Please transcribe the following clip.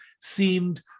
seemed